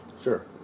Sure